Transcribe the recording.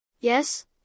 Yes